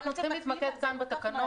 אנחנו צריכים להתמקד כאן בתקנות.